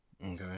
Okay